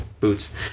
boots